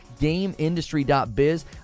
GameIndustry.biz